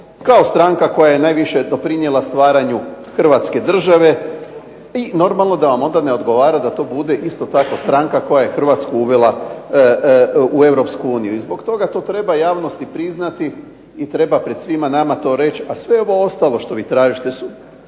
kao stranka koja je najviše doprinijela stvaranju hrvatske države, i normalno da vam onda ne odgovara da to bude isto tako stranka koja je Hrvatsku uvela u Europsku uniju. I zbog toga to treba javnosti priznati i treba pred svima nama to reći, a sve ovo ostalo što vi tražite su